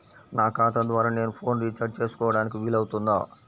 నా ఖాతా ద్వారా నేను ఫోన్ రీఛార్జ్ చేసుకోవడానికి వీలు అవుతుందా?